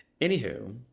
anywho